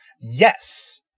Yes